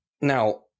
Now